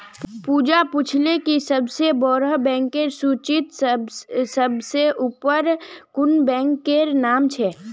पूजा पूछले कि सबसे बोड़ो बैंकेर सूचीत सबसे ऊपर कुं बैंकेर नाम छे